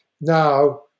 now